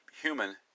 human